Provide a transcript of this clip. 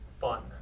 fun